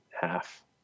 half